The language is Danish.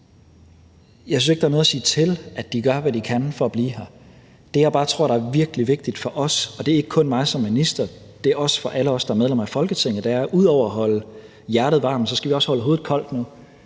Jeg synes ikke, der er noget at sige til, at de gør, hvad de kan for at blive her. Det, jeg bare tror er virkelig vigtigt for os – og det er ikke kun for mig som minister, det er også for alle os, der er medlemmer af Folketinget – er, vi ud over at holde hjertet varmt også holder hovedet koldt nu.